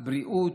בריאות,